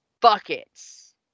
buckets